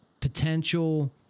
potential